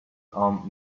armed